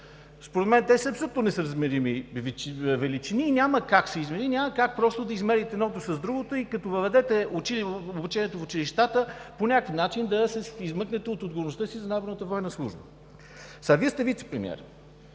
Според мен те са абсолютно несъизмерими величини и няма как да са съизмерими, няма как да измерите едното с другото, и като въведете обучението в училищата по някакъв начин да се измъкнете от отговорността си за наборната военна служба. Вие сте вицепремиер